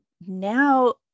now